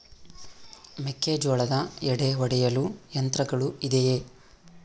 ಮೆಕ್ಕೆಜೋಳದ ಎಡೆ ಒಡೆಯಲು ಯಂತ್ರಗಳು ಇದೆಯೆ?